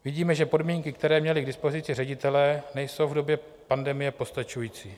Vidíme, že podmínky, které měli k dispozici ředitelé, nejsou v době pandemie postačující.